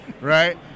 right